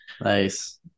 nice